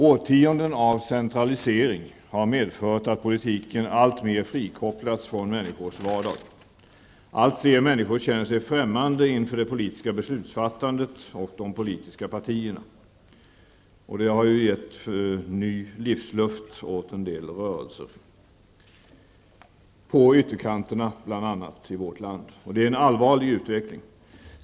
Årtionden av centralisering har medfört att politiken alltmer frikopplats från människors vardag. Allt fler människor känner sig främmande inför det politiska beslutsfattandet och de politiska partierna. Det har gett ny livsluft åt en del rörelser bl.a. på ytterkanten i vårt land. Det är en allvarlig utveckling.